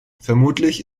vermutlich